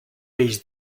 peix